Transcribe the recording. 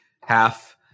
half